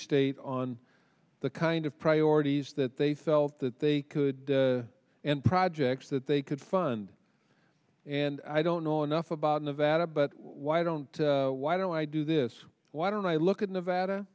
state on the kind of priorities that they felt that they could and projects that they could fund and i don't know enough about nevada but why don't why do i do this why don't i look at nevada